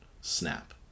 snap